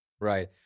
right